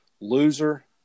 Loser